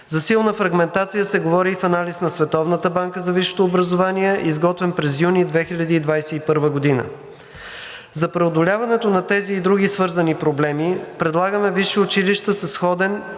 За силна фрагментация се говори и в анализ на Световната банка за висшето образование, изготвен през юни 2021 г. За преодоляването на тези и други свързани проблеми предлагаме висши училища със сходен